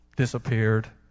disappeared